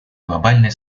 глобальное